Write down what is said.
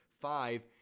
Five